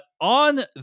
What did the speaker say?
On